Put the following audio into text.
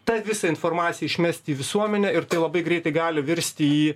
tą visą informaciją išmesti į visuomenę ir tai labai greitai gali virsti į